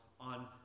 on